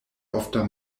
ofta